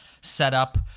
setup